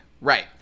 Right